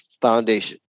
Foundation